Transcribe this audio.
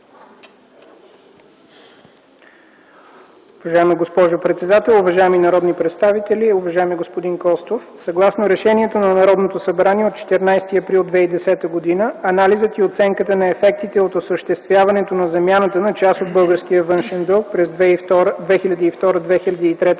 Уважаема госпожо председател, уважаеми народни представители! Уважаеми господин Костов, съгласно Решението на Народното събрание от 14 април 2010 г. анализът и оценката на ефектите от осъществяването на замяната на част от българския външен дълг през 2002-2003 г.